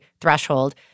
threshold